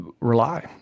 rely